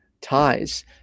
ties